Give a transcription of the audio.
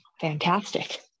fantastic